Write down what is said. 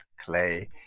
Clay